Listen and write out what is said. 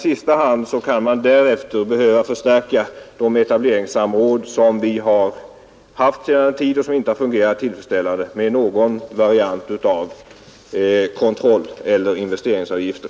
Slutligen kan man därefter börja förstärka det etableringssamråd som vi hela tiden har haft och som inte har fungerat tillfredsställande — och då med någon form av kontroll eller investeringsavgifter.